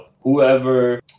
whoever